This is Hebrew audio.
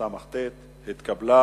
התשס"ט 2009, נתקבלה.